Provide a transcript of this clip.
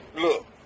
Look